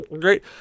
great